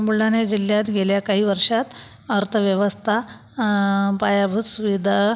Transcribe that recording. बुलढाणा जिल्ह्यात गेल्या काही वर्षात अर्थव्यवस्था पायाभूत सुविधा